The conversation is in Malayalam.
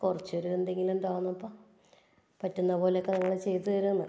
കുറച്ച് ഒരു എന്തെങ്കിലും താന്നപ്പാ പറ്റുന്ന പോലെക്കെ നിങ്ങൾ ചെയ്തുതരൊന്ന്